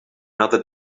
another